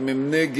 אם הם נגד,